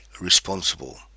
responsible